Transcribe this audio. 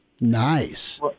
Nice